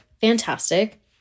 Fantastic